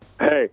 Hey